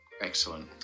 Excellent